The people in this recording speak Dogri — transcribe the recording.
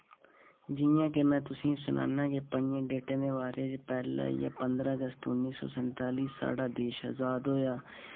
जि'यां के में तुसें सनान्ना के प'ञें डेटें दे बारे च पैह्ला आई गेआ पंदरा अगस्त उन्नी सौ संताली साढ़ा देश आजाद होआ